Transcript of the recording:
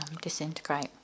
disintegrate